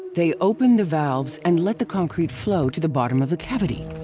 they open the valves and let the concrete flow to the bottom of the cavity.